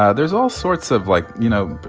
yeah there's all sorts of like, you know,